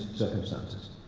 circumstances.